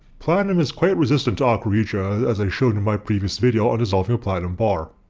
platinum is quite resistant to aqua regia as i showed in my previous video on dissolving a platinum bar.